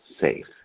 safe